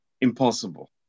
impossible